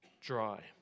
dry